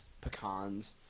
pecans